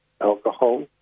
alcohol